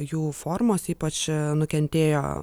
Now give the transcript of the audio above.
jų formos ypač nukentėjo